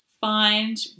find